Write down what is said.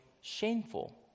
Shameful